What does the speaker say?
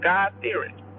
God-fearing